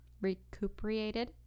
recuperated